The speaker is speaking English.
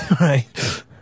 Right